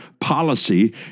policy